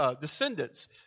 descendants